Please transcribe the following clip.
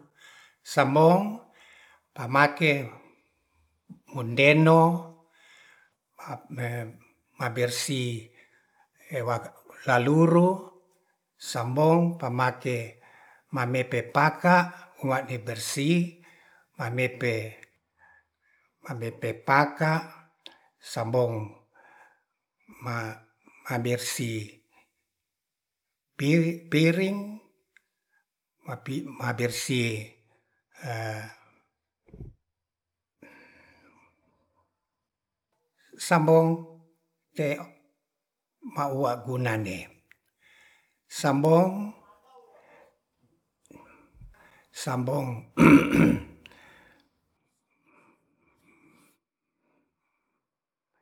Sambong pammake mondeno me mabersih laluru sambong pamake mamepe paka wane bersih pamepe paka sambong ma mabersih piri piring mapi mabersih sambong te'e maugunane sambong sambong